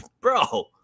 bro